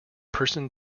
person